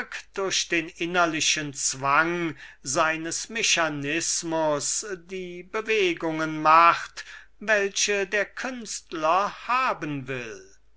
durch den innerlichen zwang seines mechanismus die bewegungen macht welche der künstler haben will